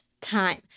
time